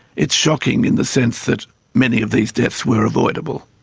it's shocking in the sense that many of these deaths were avoidable.